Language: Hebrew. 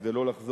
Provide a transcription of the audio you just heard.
כדי לא לחזור